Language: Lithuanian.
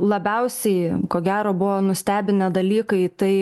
labiausiai ko gero buvo nustebinę dalykai tai